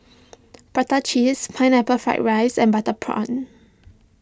Prata Cheese Pineapple Fried Rice and Butter Prawn